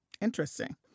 interesting